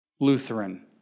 Lutheran